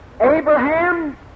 Abraham